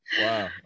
wow